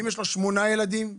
8 ילדים?